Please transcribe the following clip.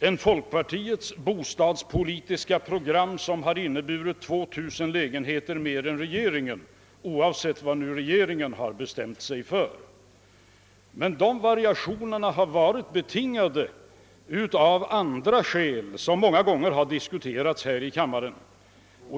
än folkpartiets, som oföränderligt har inneburit 2 000 lägenheter mer än vad regeringen har föreslagit. Variationerna i regeringsförslaget har varit betingade av andra skäl än valtaktiska, något som många gånger har diskuterats här i kammaren.